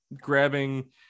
grabbing